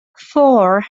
four